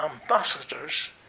ambassadors